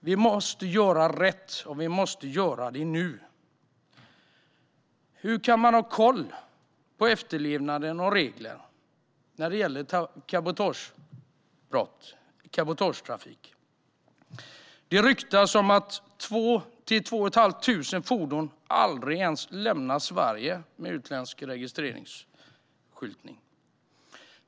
Vi måste göra rätt, och vi måste göra det nu. Hur kan man ha koll på efterlevnaden av regler när det gäller cabotagetrafik? Det ryktas om att två till två och ett halvt tusen fordon aldrig ens lämnar Sverige med utländsk registreringsskyltning.